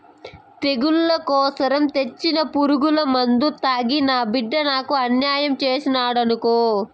తెగుళ్ల కోసరం తెచ్చిన పురుగుమందు తాగి నా బిడ్డ నాకు అన్యాయం చేసినాడనుకో